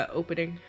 opening